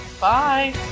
Bye